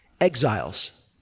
exiles